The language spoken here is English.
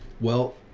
well,